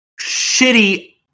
shitty